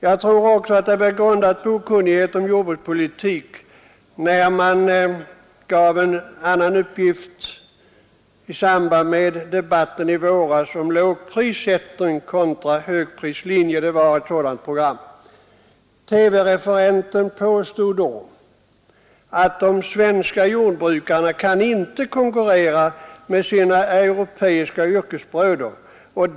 Jag tror också att den uppgift som gavs i samband med debatten i TV om lågprislinjen kontra högprislinjen beror på okunnighet om jordbrukspolitiken. TV-referenten påstod då att de svenska jordbrukarna inte kan konkurrera med sina europeiska yrkesbröder.